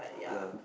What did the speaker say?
ya